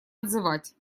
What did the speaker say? отзывать